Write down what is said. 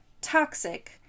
toxic